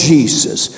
Jesus